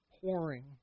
pouring